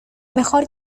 mejor